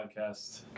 podcast